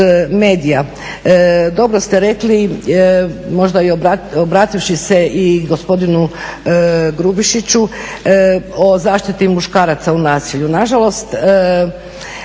medija. Dobro ste rekli, možda i obrativši se i gospodinu Grubišiću o zaštiti muškaraca u nasilju. Na žalost,